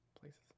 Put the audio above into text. places